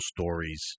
stories